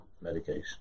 medication